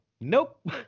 Nope